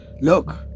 Look